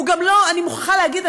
אני מוכרחה להגיד,